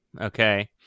okay